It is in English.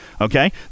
Okay